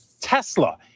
Tesla